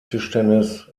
tischtennis